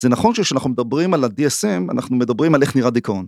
‫זה נכון שכשאנחנו מדברים על ה-DSM, ‫אנחנו מדברים על איך נראה דיכאון.